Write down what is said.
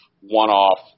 one-off